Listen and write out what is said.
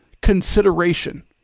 consideration